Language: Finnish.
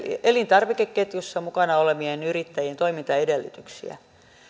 elintarvikeketjussa mukana olevien yrittäjien toimintaedellytyksiä